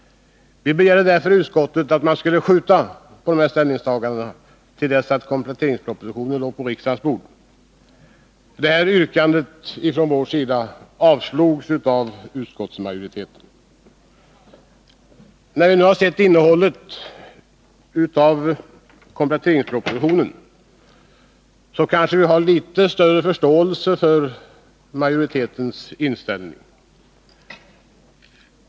Vi begärde i utskottet att man skulle skjuta på dessa ställningstaganden till dess att kompletteringspropositionen låg på riksdagens bord. Detta yrkande från vår sida avstyrktes av utskottsmajoriteten. När vi nu har sett innehållet i kompletteringspropositionen har vi kanske litet större förståelse för majoritetens inställning.